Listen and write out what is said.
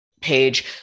page